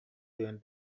ойон